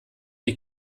die